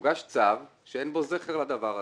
מוגש צו שאין בו זכר לדבר הזה.